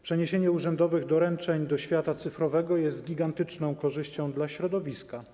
Przeniesienie urzędowych doręczeń do świata cyfrowego jest gigantyczną korzyścią dla środowiska.